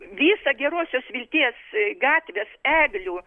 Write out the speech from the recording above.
visą gerosios vilties gatvės eglių